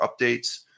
updates